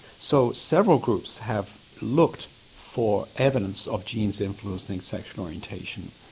so several groups have looked for evidence of genes influencing sexual orientation,